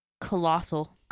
Colossal